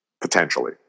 potentially